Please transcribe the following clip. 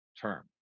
term